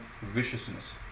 viciousness